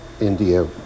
India